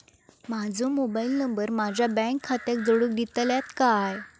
माजो mobile number माझ्या bank खात्याक जोडून दितल्यात काय?